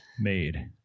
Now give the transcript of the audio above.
made